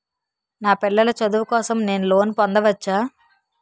నా పిల్లల చదువు కోసం నేను లోన్ పొందవచ్చా?